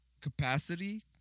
capacity